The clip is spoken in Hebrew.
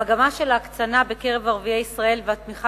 המגמה של ההקצנה בקרב ערביי ישראל והתמיכה